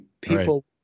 People